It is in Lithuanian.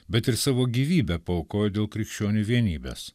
bet ir savo gyvybę paaukojo dėl krikščionių vienybės